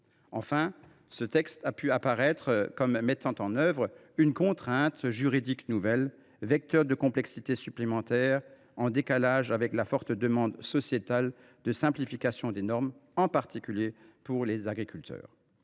Enfin, ce texte a pu apparaître comme mettant en œuvre une contrainte juridique nouvelle, vecteur de complexité supplémentaire, en décalage avec la forte demande sociétale de simplification des normes, en particulier pour les agriculteurs.